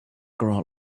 grow